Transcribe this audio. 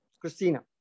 Christina